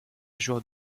joueur